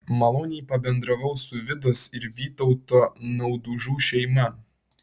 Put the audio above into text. maloniai pabendravau su vidos ir vytauto naudužų šeima